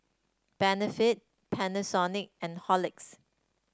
Benefit Panasonic and Horlicks